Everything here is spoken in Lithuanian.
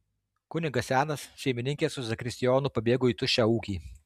kunigas senas šeimininkė su zakristijonu pabėgo į tuščią ūkį